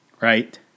Right